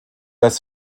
das